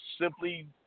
Simply